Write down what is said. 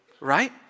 Right